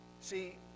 See